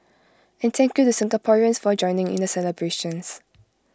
and thank you to Singaporeans for joining in the celebrations